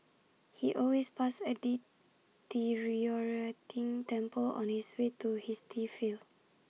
he always passed A deteriorating temple on his way to his tea field